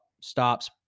stops